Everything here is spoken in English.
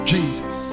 Jesus